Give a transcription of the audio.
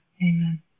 Amen